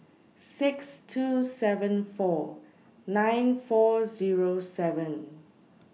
six two seven four nine four Zero seven